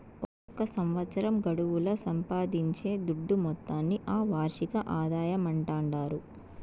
ఒక సంవత్సరం గడువుల సంపాయించే దుడ్డు మొత్తాన్ని ఆ వార్షిక ఆదాయమంటాండారు